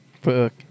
Fuck